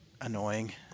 annoying